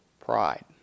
pride